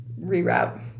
reroute